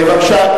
בבקשה,